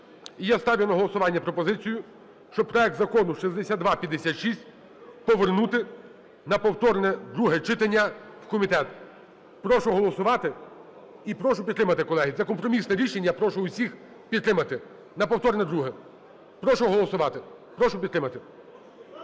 я ставлю на голосування пропозицію, щоб проект Закону 6256 повернути на повторне друге читання в комітет. Прошу голосувати і прошу підтримати, колеги. Це компромісне рішення, прошу усіх підтримати. На повторне друге. Прошу голосувати, прошу підтримати.